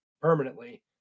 permanently